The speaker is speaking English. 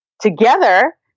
together